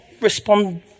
respond